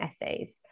essays